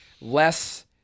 less